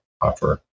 offer